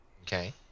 Okay